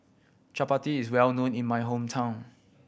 chappati is well known in my hometown